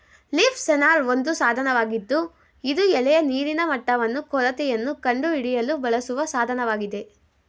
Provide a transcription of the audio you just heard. leaf sensor ಒಂದು ಸಾಧನವಾಗಿದ್ದು ಇದು ಎಲೆಯ ನೀರಿನ ಮಟ್ಟವನ್ನು ಕೊರತೆಯನ್ನು ಕಂಡುಹಿಡಿಯಲು ಬಳಸುವ ಸಾಧನವಾಗಿದೆ